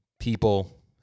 people